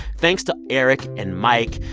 thanks to eric and mike,